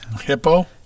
Hippo